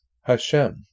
Hashem